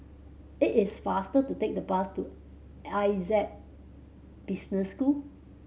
it is faster to take the bus to Essec Business School